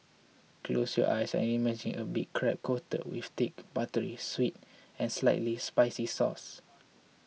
close your eyes and imagine a big crab coated with thick buttery sweet and slightly spicy sauce